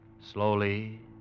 Slowly